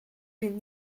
vind